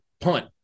punt